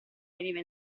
veniva